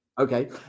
okay